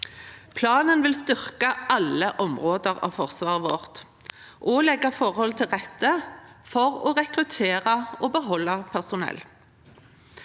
Planen vil styrke alle områder av Forsvaret vårt og legge forholdene til rette for å rekruttere og beholde personell.